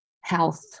health